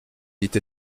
dit